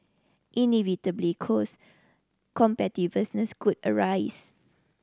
inevitably cost competitiveness could arise